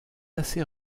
assez